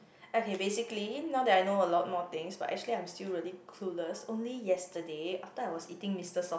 okay basically now that I know a lot more things but actually I'm still really clueless only yesterday after I was eating Mister Sof~